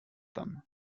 them